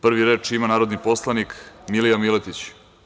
Prvi reč ima narodni poslanik Milija Miletić.